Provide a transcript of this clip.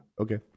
Okay